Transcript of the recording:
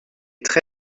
très